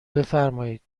بفرمایید